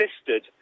assisted